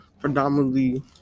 predominantly